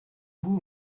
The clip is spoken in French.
vous